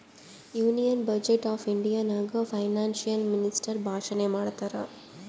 union budget of India ನಾಗ್ financial minister ಭಾಷಣ್ ಮಾಡ್ತಾರ್